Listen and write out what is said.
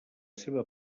seva